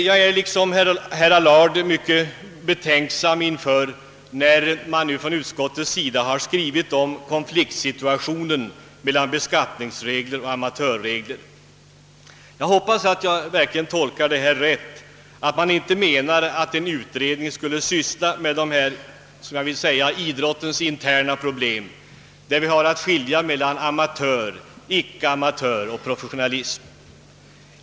Jag är liksom herr Allard mycket betänksam inför det som utskottet har skrivit om konflikten mellan beskattningsregler och amatörregler. Jag hoppas att jag verkligen har tolkat uttalandet rätt och att man inte menar att en utredning skall syssla med idrottens interna problem eller försöka skilja mellan amatörer, icke-amatörer och professionella.